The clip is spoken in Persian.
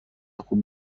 خوب